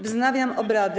Wznawiam obrady.